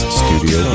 studio